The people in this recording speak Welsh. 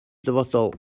dyfodol